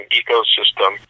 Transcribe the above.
ecosystem